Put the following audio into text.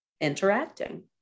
interacting